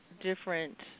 different